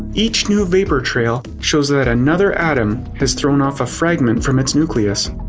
each new vapor trail shows that another atom has thrown off a fragment from its nucleus.